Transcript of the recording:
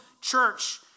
church